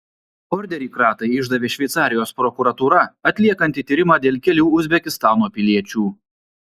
orderį kratai išdavė šveicarijos prokuratūra atliekanti tyrimą dėl kelių uzbekistano piliečių